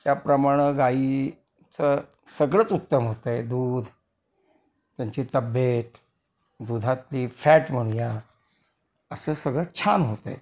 त्याप्रमाणं गाईचं सगळंच उत्तम होतं आहे दूध त्यांची तब्येत दूधातली फॅट म्हणू या असं सगळं छान होतं आहे